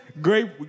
great